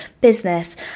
business